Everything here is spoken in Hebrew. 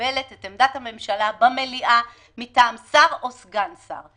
מקבלת את עמדת הממשלה במליאה מטעם שר או סגן שר.